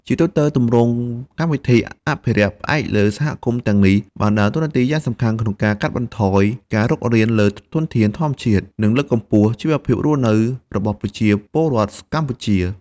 ជាទូទៅ ទម្រង់កម្មវិធីអភិរក្សផ្អែកលើសហគមន៍ទាំងនេះបានដើរតួនាទីយ៉ាងសំខាន់ក្នុងការកាត់បន្ថយការរុករានលើធនធានធម្មជាតិ និងលើកកម្ពស់ជីវភាពរស់នៅរបស់ប្រជាពលរដ្ឋកម្ពុជា។